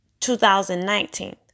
2019